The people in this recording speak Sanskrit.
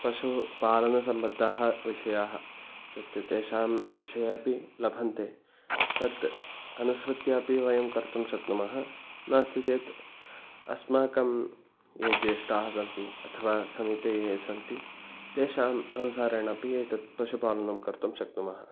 पशु पालनसम्बद्धाः विषयाः तत्तु तेषां विषये अपि लभन्ते तत् अनुसृत्यापि वयं कर्तुं शक्नुमः नास्ति चेत् अस्माकं ये ज्येष्ठाः सन्ति अथवा समीपे ये सन्ति तेषाम् अनुसारेण अपि एतत् पशुपालनं कर्तुं शक्नुमः